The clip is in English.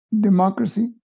democracy